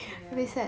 yeah